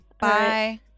Bye